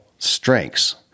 strengths